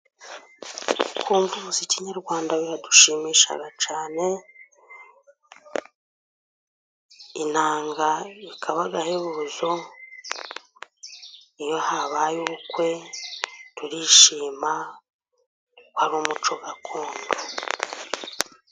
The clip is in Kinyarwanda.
Kumva umuziki nyarwanda biradushimisha cyane, inanga ikaba agahebuzo iyo habaye ubukwe turishima ko ari umuco gakondo.